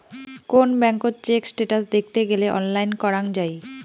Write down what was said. কোন ব্যাঙ্কত check status দেখত গেলে অনলাইন করাঙ যাই